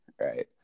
Right